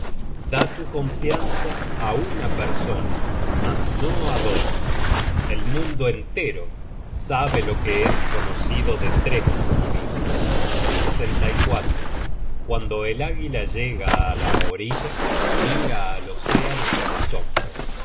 da tu confianza á una persona mas no á dos el mundo entero sabe lo que es conocido de tres individuos cuando el águila llega á la orilla mira al océano con asombro